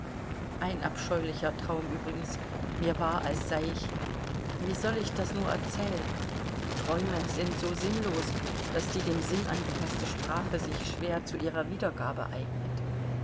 ein abscheulicher traum übrigens mir war als sei ich wie soll ich das nur erzählen träume sind so sinnlos daß die dem sinn angepaßte sprache sich schwer zu ihrer wiedergabe eignet